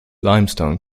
limestone